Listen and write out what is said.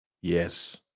Yes